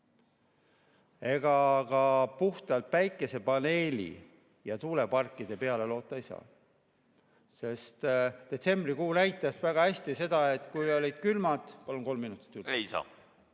Ega ka puhtalt päikesepaneelide ja tuuleparkide peale loota ei saa. Sest detsembrikuu näitas väga hästi seda, et kui olid külmad ...